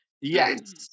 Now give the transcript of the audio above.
yes